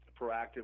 proactive